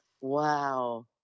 Wow